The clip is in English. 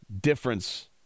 difference